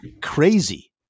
crazy